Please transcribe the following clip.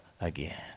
Again